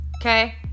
okay